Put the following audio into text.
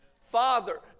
Father